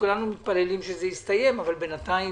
שכולנו מתפללים שהוא יסתיים אבל בינתיים